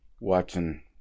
Watching